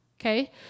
Okay